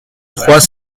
trois